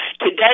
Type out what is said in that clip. Today